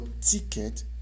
ticket